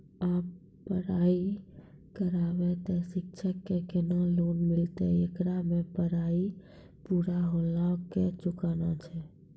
आप पराई करेव ते शिक्षा पे केना लोन मिलते येकर मे पराई पुरा होला के चुकाना छै?